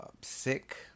sick